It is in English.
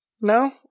no